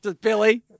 Billy